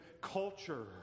culture